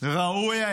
ראוי היה